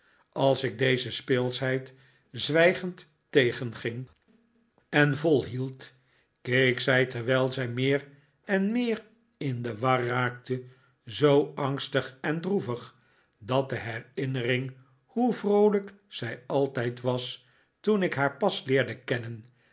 als ik deze speelschheid zwijgend tegenging en volhield keek zij terwijl zij meer en meer in de war raakte zoo angstig en droevig dat de herinnering hoe vroolijk zij altijd was toen ik haar pas leerde kennen